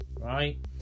right